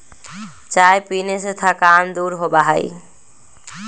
चाय पीये से थकान दूर होबा हई